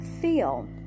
Feel